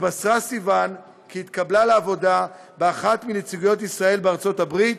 התבשרה סיוון כי התקבלה לעבודה באחת מנציגויות ישראל בארצות הברית,